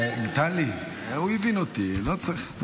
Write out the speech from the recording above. טלי, הוא הבין אותי, לא צריך.